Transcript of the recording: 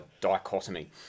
dichotomy